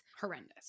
Horrendous